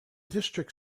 district